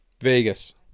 Vegas